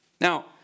Now